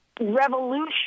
Revolution